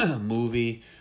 movie